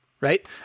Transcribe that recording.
Right